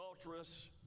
adulterous